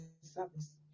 service